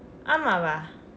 ஆமாவா:aamavaa